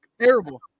Terrible